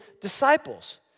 disciples